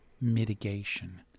mitigation